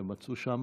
ומצאו שם